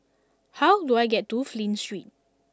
how do I get to Flint Street